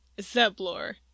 Zeblor